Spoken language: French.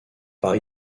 par